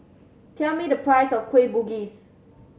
tell me the price of Kueh Bugis